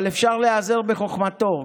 אבל אפשר להיעזר בחוכמתו.